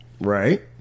Right